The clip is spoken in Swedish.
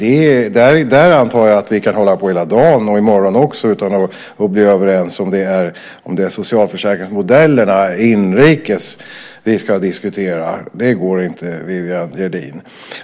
Om vi ska diskutera de inrikes socialförsäkringsmodellerna tror jag att vi kan hålla på hela dagen, och i morgon också, utan att komma överens. Det går inte, Viviann Gerdin.